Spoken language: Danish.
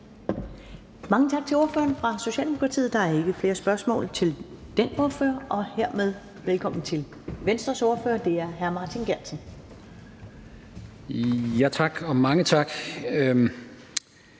Mange tak til ordføreren fra Socialdemokratiet. Der er ikke flere spørgsmål til den ordfører. Og hermed velkommen til Venstres ordfører, hr. Martin Geertsen. Kl.